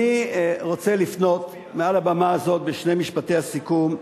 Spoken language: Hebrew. אני רוצה לפנות מעל הבמה הזאת, בשני משפטי הסיכום,